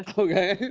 ah okay.